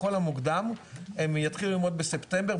הם יתחילו ללמוד בספטמבר,